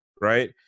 right